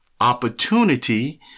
opportunity